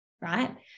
right